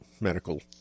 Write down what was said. medical